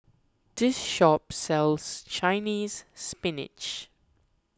this shop sells Chinese Spinach